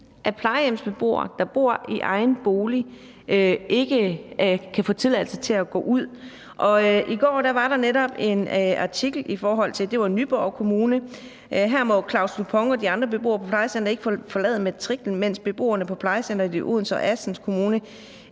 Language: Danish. at plejehjemsbeboere, der bor i egen bolig, ikke kan få tilladelse til at gå ud. I går var der netop en artikel, f.eks. om Nyborg Kommune. Her må Claus Dupont og de andre beboere på plejecenteret ikke forlade matriklen, mens beboerne på plejecenteret i Odense og Assens Kommuner